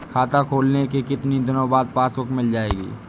खाता खोलने के कितनी दिनो बाद पासबुक मिल जाएगी?